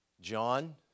John